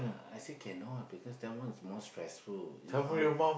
I say cannot because that one is more stressful